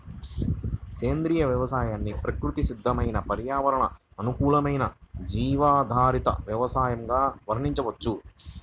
సేంద్రియ వ్యవసాయాన్ని ప్రకృతి సిద్దమైన పర్యావరణ అనుకూలమైన జీవాధారిత వ్యవసయంగా వర్ణించవచ్చు